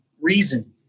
reason